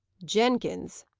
jenkins,